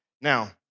Now